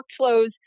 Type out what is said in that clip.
workflows